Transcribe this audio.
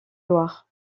loire